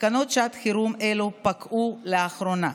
תקנות שעת חירום אלו פקעו לאחרונה.